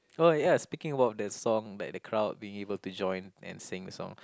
oh ya speaking about that song that the crowd being able to join and sing the song